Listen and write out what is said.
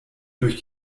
durch